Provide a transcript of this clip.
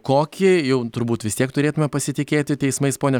kokį jau turbūt vis tiek turėtume pasitikėti teismais ponia